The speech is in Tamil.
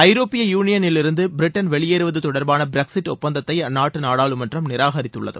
ஐரோப்பிய யூனியனிலிருந்து பிரிட்டன் வெளியேறுவது தொடர்பான பிரக்சிட் ஒப்பந்தத்தை அந்நாட்டு நாடாளுமன்றம் நிராகரித்துள்ளது